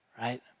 right